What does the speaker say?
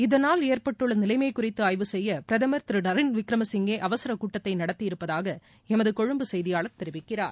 இதனால் ஏற்பட்டுள்ள நிலைமை குறித்து ஆய்வு செய்ய பிரதமர் திரு ரனில் விக்ரமசிங்கே அவசரக் கூட்டத்தை நடத்தியிருப்பதாக எமது கொழும்பு செய்தியாளர் தெரிவிக்கிறார்